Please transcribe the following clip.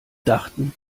dachten